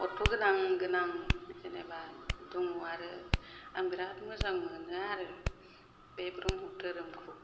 अर्थ गोनां गोनां जेनेबा दङ आरो आं बेराद मोजां मोनो आरो बे ब्रह्म धोरोमखौ